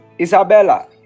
Isabella